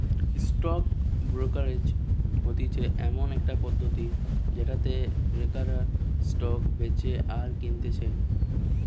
stock brokerage হতিছে এমন একটা পদ্ধতি যেটাতে ব্রোকাররা স্টক বেচে আর কিনতেছে